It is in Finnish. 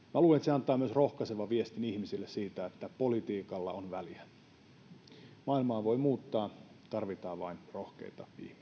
antaa myös rohkaisevan viestin ihmisille siitä että politiikalla on väliä maailmaa voi muuttaa tarvitaan vain rohkeita